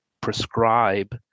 prescribe